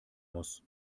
muss